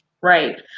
Right